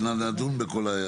תודה רבה, אנחנו נדון בזה.